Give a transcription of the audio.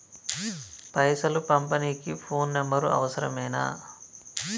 పైసలు పంపనీకి phone number అవసరమేనా?